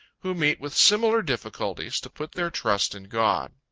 who meet with similar difficulties, to put their trust in god.